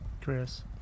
Chris